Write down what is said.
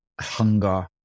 hunger